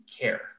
care